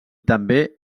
també